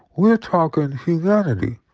we're talking humanity,